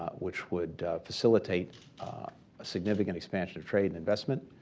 which would facilitate a significant expansion of trade and investment,